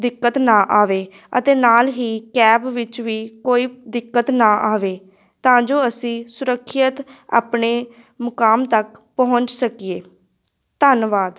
ਦਿੱਕਤ ਨਾ ਆਵੇ ਅਤੇ ਨਾਲ਼ ਹੀ ਕੈਬ ਵਿੱਚ ਵੀ ਕੋਈ ਦਿੱਕਤ ਨਾ ਆਵੇ ਤਾਂ ਜੋ ਅਸੀਂ ਸੁਰੱਖਿਅਤ ਆਪਣੇ ਮੁਕਾਮ ਤੱਕ ਪਹੁੰਚ ਸਕੀਏ ਧੰਨਵਾਦ